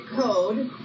code